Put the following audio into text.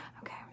Okay